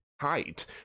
height